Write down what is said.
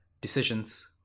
decisions